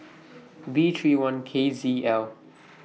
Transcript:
V thirty one K Z L